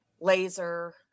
laser